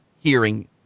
hearing